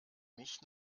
mich